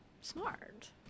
smart